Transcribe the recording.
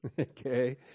Okay